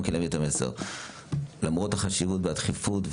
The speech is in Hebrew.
למרות החשיבות והדחיפות,